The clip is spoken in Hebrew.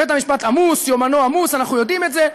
בית-המשפט עמוס, יומנו עמוס, אנחנו יודעים את זה.